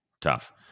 tough